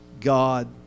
God